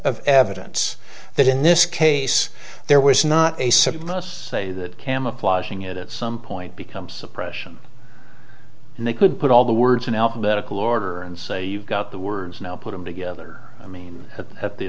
of evidence that in this case there was not a setlist say that camouflaging it at some point becomes suppression and they could put all the words in alphabetical order and say you've got the words now put them together i mean at the